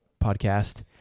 podcast